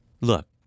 Look